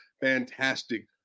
fantastic